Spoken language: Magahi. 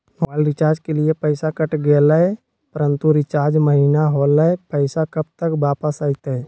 मोबाइल रिचार्ज के लिए पैसा कट गेलैय परंतु रिचार्ज महिना होलैय, पैसा कब तक वापस आयते?